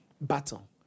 battle